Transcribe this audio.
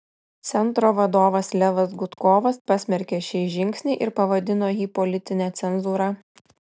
centro vadovas levas gudkovas pasmerkė šį žingsnį ir pavadino jį politine cenzūra